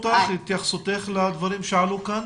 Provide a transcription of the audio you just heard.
התייחסותך לדברים שעלו כאן.